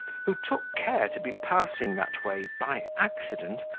who took care to be passing that way by accident,